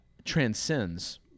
transcends